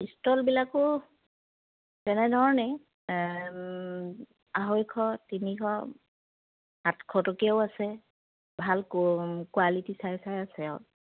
ষ্টলবিলাকো তেনেধৰণেই আঢ়ৈশ তিনিশ সাতশ টকীয়াও আছে ভাল কোৱালিটি চাই চাই আছে আৰু